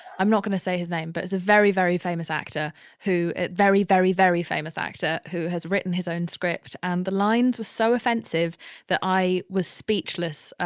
i'm not going to say his name, but it's a very, very famous actor who, very, very, very famous actor who has written his own script. and the lines were so offensive that i was speechless, ah